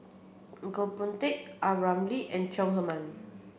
Goh Boon Teck A Ramli and Chong Heman